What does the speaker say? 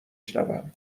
شنوم